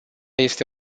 este